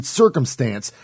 circumstance